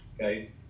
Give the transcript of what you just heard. Okay